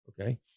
okay